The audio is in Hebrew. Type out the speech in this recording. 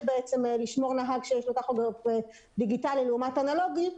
לשמור נהג שיש לו טכוגרף דיגיטלי לעומת אנלוגי,